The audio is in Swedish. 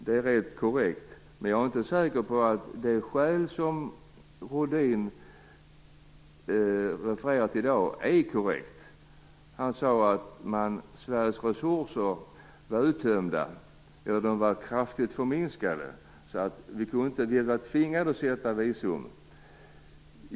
Det är helt korrekt. Men jag är inte säker på att det skäl som Rohdin refererade till är korrekt. Han sade att Sveriges resurser var kraftigt förminskade och att vi var tvungna att införa visum.